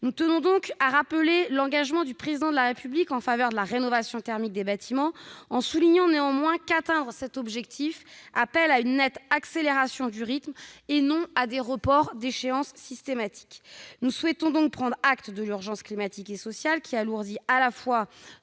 Nous tenons à rappeler l'engagement du Président de la République en faveur de la rénovation thermique des bâtiments, en soulignant néanmoins que, pour atteindre cet objectif, il faut nettement accélérer le rythme, et non reporter systématiquement les échéances. Nous souhaitons donc prendre acte de l'urgence climatique et sociale, qui alourdit à la fois